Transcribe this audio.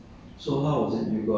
more than one hour leh